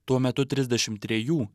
tuo metu trisdešimt trejų